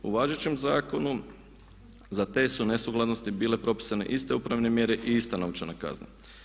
U važećem zakonu za te su nesukladnosti bile propisane iste upravne mjere i ista novčana kazna.